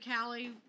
Callie